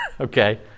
Okay